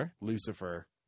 Lucifer